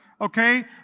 okay